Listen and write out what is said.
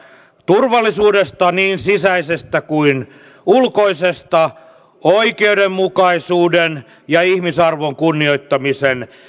turvallisuudesta niin sisäisestä kuin ulkoisesta oikeudenmukaisuuden ja ihmisarvon kunnioittamisen